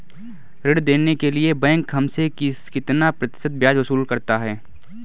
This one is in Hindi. ऋण देने के लिए बैंक हमसे कितना प्रतिशत ब्याज वसूल करता है?